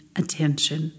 attention